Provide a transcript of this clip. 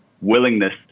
willingness